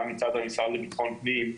גם מצד המשרד לביטחון פנים.